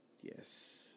yes